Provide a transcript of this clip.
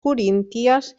corínties